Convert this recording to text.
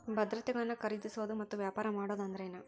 ಭದ್ರತೆಗಳನ್ನ ಖರೇದಿಸೋದು ಮತ್ತ ವ್ಯಾಪಾರ ಮಾಡೋದ್ ಅಂದ್ರೆನ